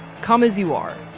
come as you are.